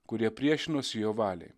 kurie priešinosi jo valiai